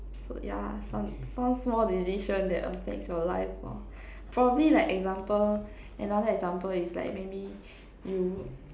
so yeah some some small decision that affects your life lor probably like example another example is like maybe you